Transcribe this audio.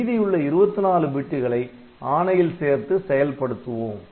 மீதியுள்ள 24 பிட்டுகளை ஆணையில் சேர்த்து செயல்படுத்துவோம்